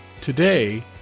Today